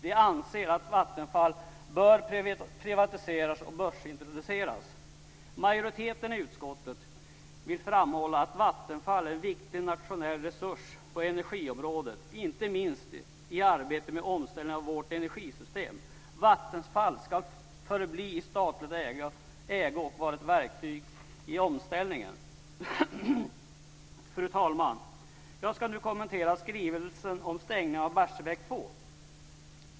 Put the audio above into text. De anser att Vattenfall bör privatiseras och börsintroduceras. Majoriteten i utskottet vill framhålla att Vattenfall är en viktig nationell resurs på energiområdet, inte minst i arbetet med omställningen av vårt energisystem. Vattenfall ska förbli i statlig ägo och vara ett verktyg i omställningen. Fru talman! Jag ska nu kommentera skrivelsen om stängningen av Barsebäck 2.